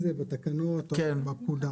בתקנות או בפקודה.